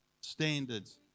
standards